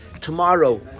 Tomorrow